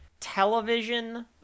television